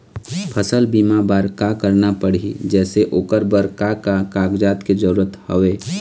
फसल बीमा बार का करना पड़ही जैसे ओकर बर का का कागजात के जरूरत हवे?